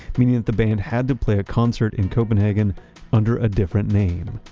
meaning the band had to play a concert in copenhagen under a different name.